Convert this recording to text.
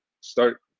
start